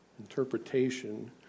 interpretation